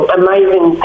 amazing